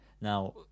now